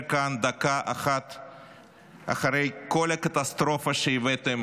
כאן דקה אחת אחרי כל הקטסטרופה שהבאתם